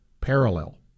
parallel